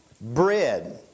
bread